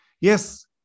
Yes